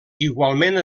igualment